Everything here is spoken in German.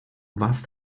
warst